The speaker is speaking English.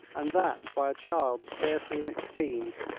and that by a child scarcely in its teens,